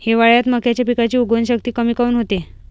हिवाळ्यात मक्याच्या पिकाची उगवन शक्ती कमी काऊन होते?